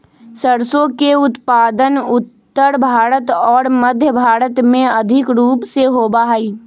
सरसों के उत्पादन उत्तर भारत और मध्य भारत में अधिक रूप से होबा हई